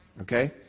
Okay